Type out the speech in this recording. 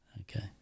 Okay